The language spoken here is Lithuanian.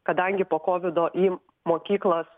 kadangi po kovido į mokyklas